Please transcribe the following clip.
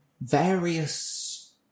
various